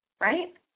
right